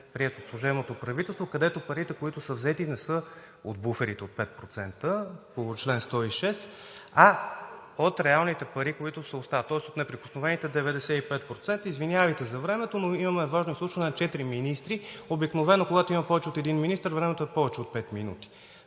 прието от служебното правителство, където парите, които са взети, не са от буферите от 5% по чл. 106, а от реалните пари, които остават, тоест от неприкосновените 95%. Извинявайте за времето, но имаме важно изслушване на четирима министри. Обикновено когато има повече от един министър, времето е повече от 5 минути,